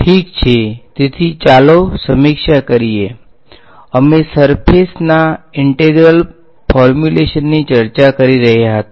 ઠીક છે તેથી ચાલો સમીક્ષા કરીએ અમે સર્ફેસના ઈંટેગ્રલ ફોર્મ્યુલેશનની ચર્ચા કરી રહ્યા હતા